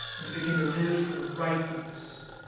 and to begin to live for the right things,